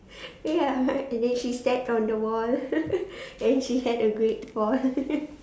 ya and then and then she sat on the wall and then she had a great fall